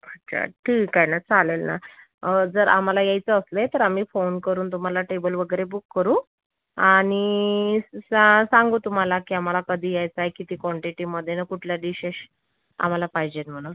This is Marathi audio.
अच्छा ठीक आहे ना चालेल ना जर आम्हाला यायचं असले तर आम्ही फोन करून तुम्हाला टेबल वगैरे बूक करू आणि सा सांगू तुम्हाला की आम्हाला कधी यायचंय किती क्वांटिटीमध्ये आणि कुठल्या डिशेश आम्हाला पाहिजेत म्हणून